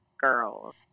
girls